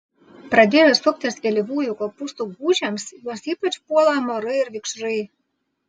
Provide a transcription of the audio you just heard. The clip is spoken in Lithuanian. pradėjus suktis vėlyvųjų kopūstų gūžėms juos ypač puola amarai ir vikšrai